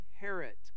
inherit